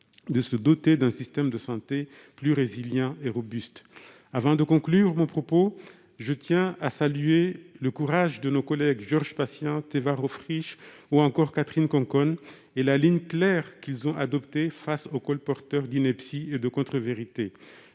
de se doter d'un système de santé plus résilient et robuste ? Avant de conclure mon propos, je tiens à saluer le courage de nos collègues Georges Patient, Teva Rohfritsch ou encore Catherine Conconne, qui ont adopté une ligne claire face aux colporteurs d'inepties et de contrevérités.